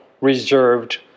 reserved